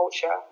culture